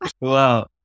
Wow